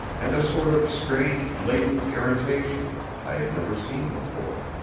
and a sort of strange latent irritation, i had never seen before.